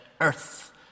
earth